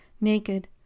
naked